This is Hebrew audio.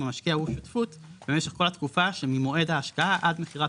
אם המשקיע הוא שותפות במשך כל התקופה שממועד ההשקעה עד מכירת